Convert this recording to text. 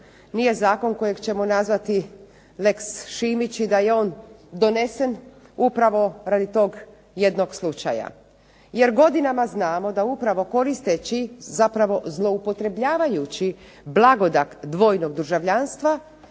nije zakon kojeg ćemo nazvati lex Šimić i da je on donesen upravo radi tog jednog slučaja. Jer godinama znamo da upravo koristeći zapravo zloupotrebljavajući blagodat dvojnog državljanstva